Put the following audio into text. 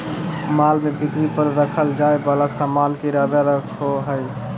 माल में बिक्री पर रखल जाय वाला सामान के इरादा रखो हइ